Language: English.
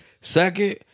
Second